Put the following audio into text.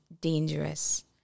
dangerous